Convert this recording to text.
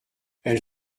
elle